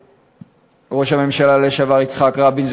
שראש הממשלה לשעבר יצחק רבין,